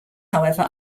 however